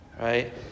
right